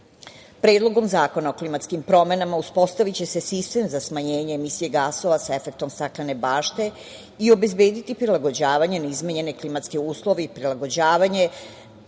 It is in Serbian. zakona o klimatskim promenama uspostaviće se sistem za smanjenje emisije gasova sa efektom staklene bašte i obezbediti prilagođavanje na izmenjene klimatske uslove što je